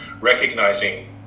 recognizing